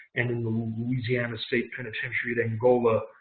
and in the louisiana state penitentiary at angola,